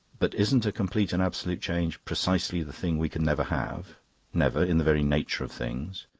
but isn't a complete and absolute change precisely the thing we can never have never, in the very nature of things?